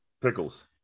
pickles